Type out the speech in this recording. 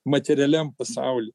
materialiam pasaulyje